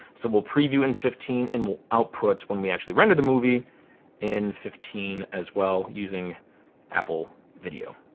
so we'll preview in fifteen and we'll output when we actually render the movie in fifteen as well using apple video.